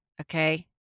Okay